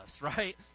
right